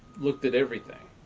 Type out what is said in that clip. looked at everything.